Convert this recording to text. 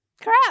Crap